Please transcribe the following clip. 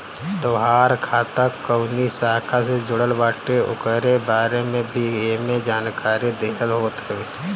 तोहार खाता कवनी शाखा से जुड़ल बाटे उकरे बारे में भी एमे जानकारी देहल होत हवे